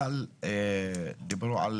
אבל דיברו על